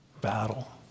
battle